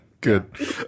good